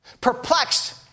perplexed